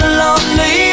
lonely